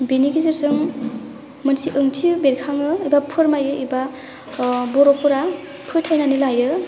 बिनि गेजेरजों मोनसे ओंथि बेरखाङो एबा फोरमायो एबा बर'फोरा फोथायनानै लायो